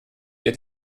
ihr